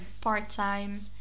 part-time